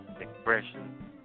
expression